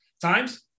Times